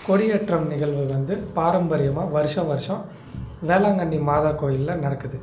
கொடியேற்றம் நிகழ்வு வந்து பாரம்பரியமாக வருஷம் வருஷம் வேளாங்கண்ணி மாதா கோவில்ல நடக்குது